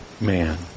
man